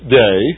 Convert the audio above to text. day